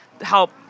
help